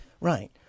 Right